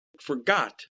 forgot